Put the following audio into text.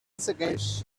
flourish